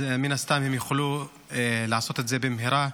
מן הסתם הם יוכלו לעשות את זה במהרה,